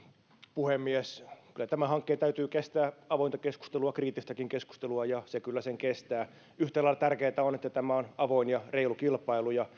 puhemies kyllä tämän hankkeen täytyy kestää avointa keskustelua kriittistäkin keskustelua ja se kyllä sen kestää yhtä lailla tärkeää on että tämä on avoin ja reilu kilpailu ja